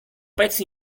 pezzo